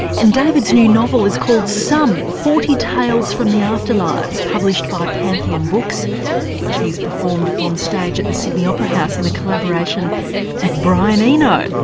and david's new novel is called sum forty tales from the afterlives published by pantheon books which he's performed on stage at the sydney opera house in a collaboration with brian eno,